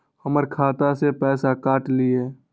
हमर खाता से पैसा काट लिए?